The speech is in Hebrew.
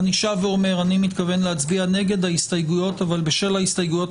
אני שב ואומר שאני מתכוון להצביע נגד ההסתייגויות אבל בשל ההסתייגויות